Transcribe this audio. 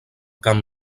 camp